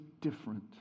different